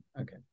Okay